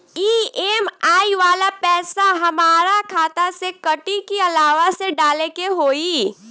EMI वाला पैसा हाम्रा खाता से कटी की अलावा से डाले के होई?